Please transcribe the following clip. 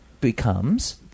becomes